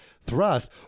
thrust